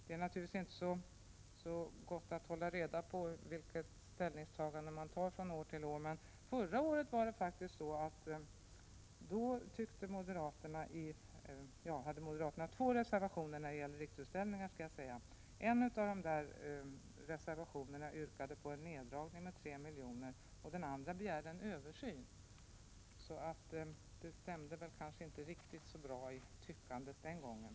Det är naturligtvis inte så gott att hålla reda på vilket ställningstagande man gör från år till år. Förra året var det faktiskt så att moderaterna hade två reservationer när det gäller Riksutställningar. I den ena reservationen yrkades på en neddragning med 3 miljoner, och i den andra begärdes en översyn. Så det stämde kanske inte riktigt så bra i Prot. 1986/87:89 tyckandet den gången.